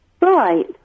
Right